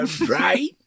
Right